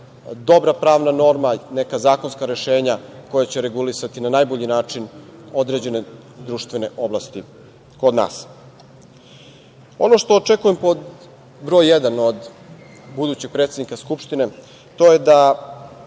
dobra pravna norma, neka zakonska rešenja koja će regulisati na najbolji način određene društvene oblasti kod nas. Ono što očekujem pod broj jedan od budućeg predsednika Skupštine to je da